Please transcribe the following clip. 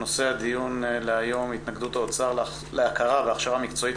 נושא הדיון להיום הוא התנגדות האוצר להכרה והכשרה מקצועית